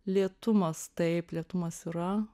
lėtumas taip lėtumas yra